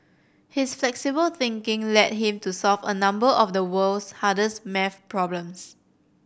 his flexible thinking led him to solve a number of the world's hardest maths problems